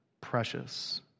precious